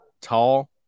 tall